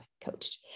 coached